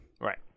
Right